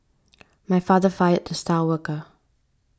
my father fired the star worker